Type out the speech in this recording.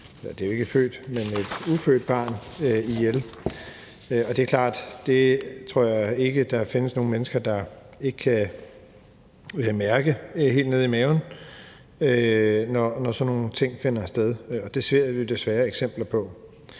derved også slået et ufødt barn ihjel, og det er klart, at jeg ikke tror, der findes nogen mennesker, der ikke kan mærke det helt nede i maven, når sådan nogle ting finder sted, og det ser vi desværre eksempler på.